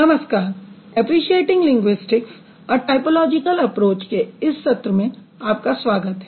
नमस्कार appreciating linguistics a typological approach के इस सत्र में आपका स्वागत है